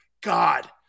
God